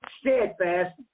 steadfast